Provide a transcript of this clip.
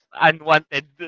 unwanted